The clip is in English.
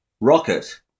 Rocket